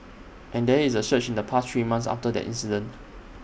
and there is A surge in the past three months after that incident